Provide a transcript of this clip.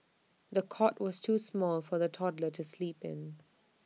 the cot was too small for the toddler to sleep in